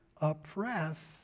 oppress